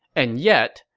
and yet,